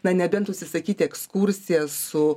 na nebent užsisakyti ekskursijas su